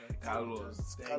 Carlos